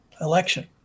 election